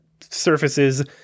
surfaces